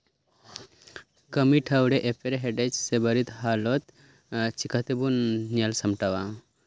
ᱠᱟᱹᱢᱤ ᱴᱷᱟᱶᱨᱮ ᱮᱯᱮᱨ ᱦᱮᱰᱮᱡ ᱥᱮ ᱵᱟᱹᱲᱤᱡ ᱦᱟᱞᱚᱛ ᱪᱤᱠᱟ ᱛᱮᱵᱚᱱ ᱧᱮᱞ ᱥᱟᱢᱴᱟᱣᱼᱟ